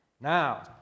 Now